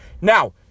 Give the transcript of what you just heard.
Now